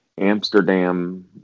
Amsterdam